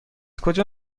کجا